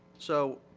so,